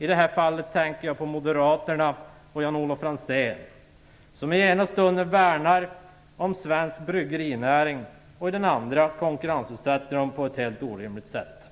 I detta fall tänker jag Moderaterna och Jan-Olof Franzén som i ena stunden värnar om svensk bryggerinäring och i den andra konkurrensutsätter den på ett helt orimligt sätt.